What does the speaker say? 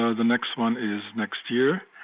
so the next one is next year.